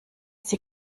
die